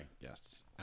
Yes